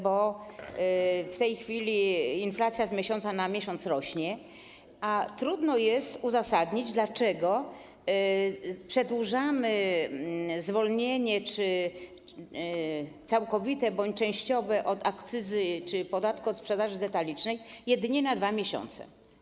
Bo w tej chwili inflacja z miesiąca na miesiąc rośnie, a trudno jest uzasadnić, dlaczego przedłużamy zwolnienie, całkowite bądź częściowe od akcyzy czy podatku od sprzedaży detalicznej jedynie na 2 miesiące.